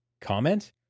comment